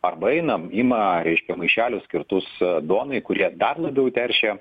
arba eina ima reiškia maišelius skirtus duonai kurie dar labiau teršia